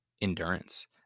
endurance